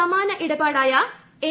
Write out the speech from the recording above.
സമാന ഇടപാടായ എൻ